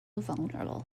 vulnerable